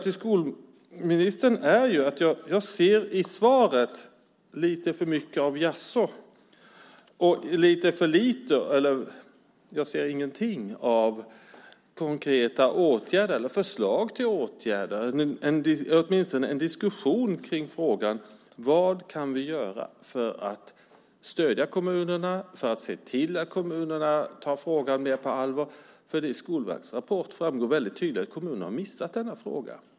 I skolministerns svar ser jag lite för mycket av "jaså" och lite för lite, eller snarare ingenting, av förslag till konkreta åtgärder eller åtminstone en diskussion om vad vi kan göra för att stödja kommunerna och se till att de tar frågan mer på allvar. I Skolverkets rapport framgår väldigt tydligt att kommunerna har missat denna fråga.